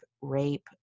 rape